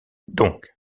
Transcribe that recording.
donc